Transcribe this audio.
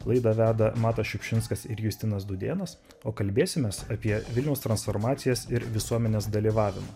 laidą veda matas šiupšinskas ir justinas dūdėnas o kalbėsimės apie vilniaus transformacijas ir visuomenės dalyvavimą